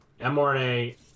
mrna